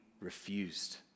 refused